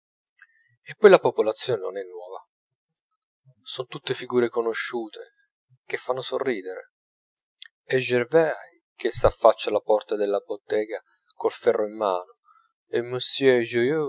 e poi la popolazione non è nuova son tutte figure conosciute che fanno sorridere è gervaise che s'affaccia alla porta della bottega col ferro in mano è